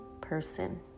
person